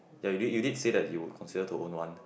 ya you did you did say that you consider to own one